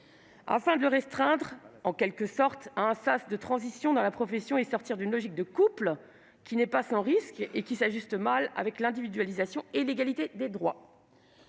et pour le restreindre, en quelque sorte, à un sas de transition dans la profession et sortir d'une logique de couple qui n'est pas sans risque et qui s'ajuste mal avec l'individualisation et l'égalité des droits.